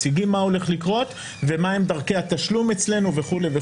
מציגים מה הולך לקרות ומה הם דרכי התשלום אצלנו וכולי.